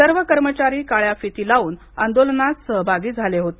सर्व कर्मचारी काळ्या फिती लावून आंदोलनात सामिल झाले होते